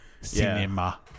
cinema